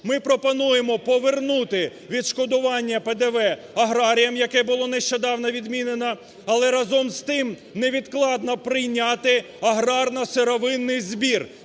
Ми пропонуємо повернути відшкодування ПДВ аграріям, яке було нещодавно відмінено, але, разом з тим, невідкладно прийняти аграрно-сировинний збір.